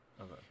Okay